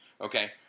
Okay